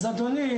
אז אדוני,